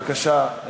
בבקשה.